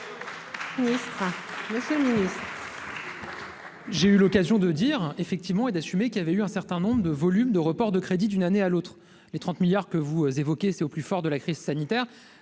monsieur le ministre